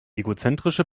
egozentrische